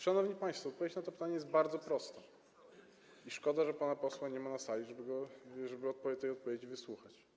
Szanowni państwo, odpowiedź na to pytanie jest bardzo prosta i szkoda, że pana posła nie ma na sali, żeby tej odpowiedzi wysłuchał.